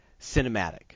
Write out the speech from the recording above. cinematic